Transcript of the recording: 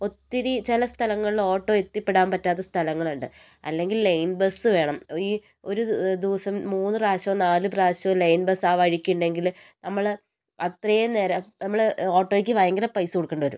ഒത്തിരി ചില സ്ഥലങ്ങളിൽ ഓട്ടോ എത്തിപ്പെടാൻ പറ്റാത്ത സ്ഥലങ്ങളുണ്ട് അല്ലെങ്കിൽ ലെയിൻ ബസ്സ് വേണം ഈ ഒരു ദിവസം മൂന്ന് പ്രാവശ്യാം നാല് പ്രാവശ്യം ലെയിൻ ബസ്സ് ആ വഴിക്കുണ്ടെങ്കിൽ നമ്മൾ അത്രയും നേരം നമ്മൾ ഓട്ടോയ്ക്ക് ഭയങ്കര പൈസ കൊടുക്കേണ്ടി വരും